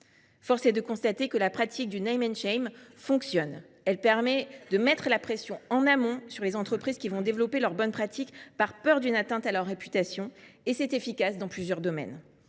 Force est de constater que la pratique du fonctionne. Elle permet de mettre la pression en amont sur les entreprises, qui développeront leurs bonnes pratiques par peur d’une atteinte à leur réputation. Elle est efficace dans plusieurs domaines.